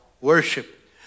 worship